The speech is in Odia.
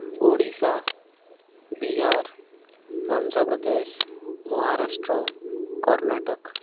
ଓଡ଼ିଶା ବିହାର ଆନ୍ଧ୍ରପ୍ରଦେଶ ମହାରାଷ୍ଟ୍ର କର୍ଣ୍ଣାଟକ